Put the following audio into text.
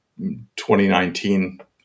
2019